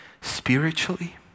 spiritually